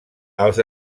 als